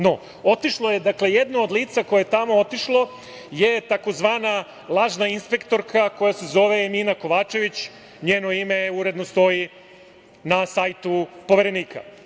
No, otišlo je jedno od lica koje je tamo otišlo, tzv. lažna inspektorka koja se zove Emina Kovačević, njeno ime uredno stoji na sajtu poverenika.